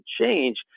change